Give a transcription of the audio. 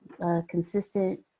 Consistent